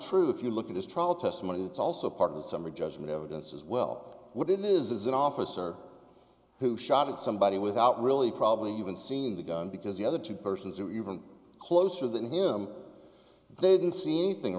true if you look at his trial testimony it's also part of the summary judgment evidence as well what it is is an officer who shot at somebody without really probably even seen the gun because the other two persons who even closer than him they didn't see anything